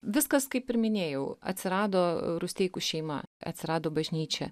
viskas kaip ir minėjau atsirado rusteikų šeima atsirado bažnyčia